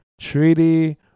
treaty